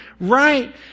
right